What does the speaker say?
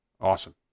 Awesome